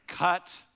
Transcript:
Cut